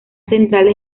centrales